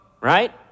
right